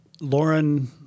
Lauren